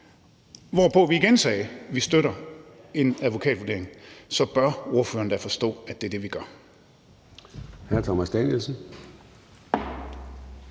hvorefter vi igen sagde, at vi støtter en advokatvurdering – så bør ordføreren da forstå, at det er det, vi gør.